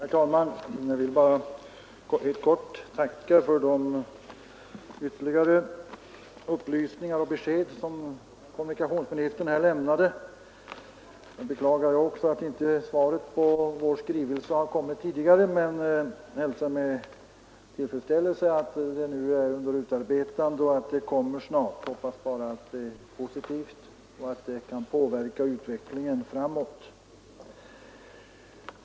Herr talman! Jag vill bara helt kort tacka för de ytterligare upplysningar som kommunikationsministern här lämnade. Också jag beklagar att svaret på vår skrivelse inte har kommit ännu, men jag hälsar med tillfredsställelse att det nu är under utarbetande och snart skall lämnas. Jag hoppas bara att det är positivt och kan driva utvecklingen framåt.